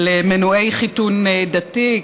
על מנועי חיתון דתי,